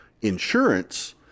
insurance